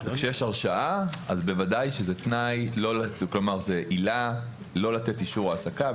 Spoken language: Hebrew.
כשיש הרשעה אז בוודאי שזה עילה לא לתת אישור העסקה,